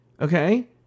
okay